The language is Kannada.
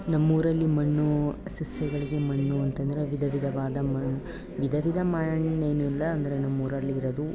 ನಮ್ಮೂರಲ್ಲಿ ಮಣ್ಣು ಸಸ್ಯಗಳಿಗೆ ಮಣ್ಣು ಅಂತ ಅಂದ್ರೆ ವಿಧ ವಿಧವಾದ ಮಣ್ಣು ವಿಧ ವಿಧ ಮಣ್ಣಿನಿಂದ ಅಂದರೆ ನಮ್ಮೂರಲ್ಲಿರೋದು